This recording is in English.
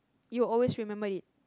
you always remember it